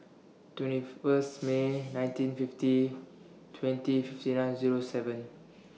twenty First May nineteen fifty twenty fifty nine Zero seven